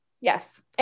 Yes